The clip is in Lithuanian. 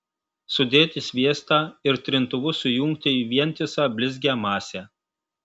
sudėti sviestą ir trintuvu sujungti į vientisą blizgią masę